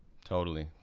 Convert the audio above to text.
totally,